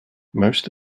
most